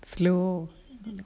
slow